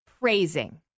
praising